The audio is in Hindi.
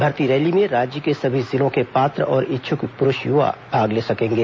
भर्ती रैली में राज्य के सभी जिलों के पात्र और इच्छुक पुरूष युवा भाग ले सकेंगे